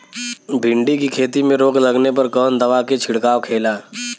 भिंडी की खेती में रोग लगने पर कौन दवा के छिड़काव खेला?